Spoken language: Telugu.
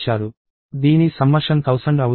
దీని సమ్మషన్ 1000 అవుతుంది